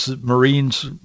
Marines